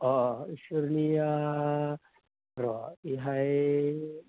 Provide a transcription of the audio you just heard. अह अह इसोरनिया र इहाय